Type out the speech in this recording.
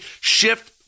shift